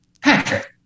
Patrick